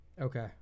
Okay